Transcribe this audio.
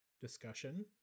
Discussion